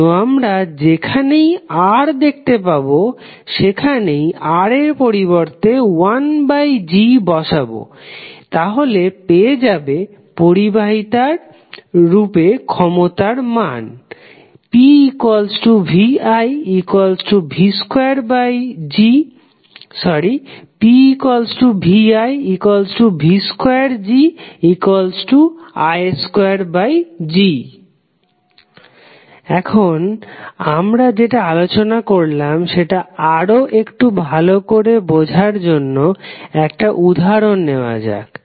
তো তোমরা যেখানেই R দেখতে পাবে সেখানেই R এর পরিবর্তে 1G বসাবে তাহলে পেয়ে যাবে পরিবাহিতার রূপে ক্ষমতার মান pviv2Gi2G এখন আমরা যেটা আলোচনা করলাম সেটা আরও একটু ভালো করে বোঝার জন্য একটা উদাহরণ নেওয়া যাক